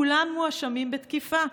כולם מואשמים בתקיפה.